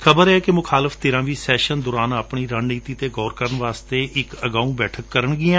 ਖ਼ਬਰ ਏ ਕਿ ਮੁਖਾਲਫ ਧਿਰਾਂ ਵੀ ਸੈਸ਼ਨ ਦੌਰਾਨ ਰਣਨੀਤੀ ਤੇ ਗੌਰ ਕਰਨ ਵਾਸਤੇ ਇਕ ਅਗਾਉਂ ਬੈਠਕ ਕਰਨਗੀਆਂ